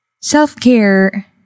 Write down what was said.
Self-care